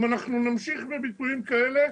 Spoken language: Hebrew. אם אנחנו נמשיך בביטויים כאלה,